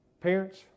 Parents